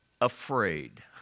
afraid